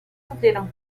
sufrieron